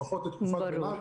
לפחות לתקופה הזו,